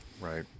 right